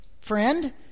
friend